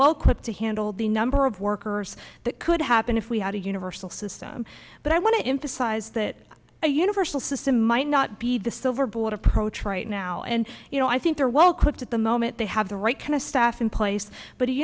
quick to handle the number of workers that could happen if we had a universal system but i want to emphasize that a universal system might not be the silver bullet approach right now and you know i think they're well equipped at the moment they have the right kind of staff in place but